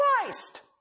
Christ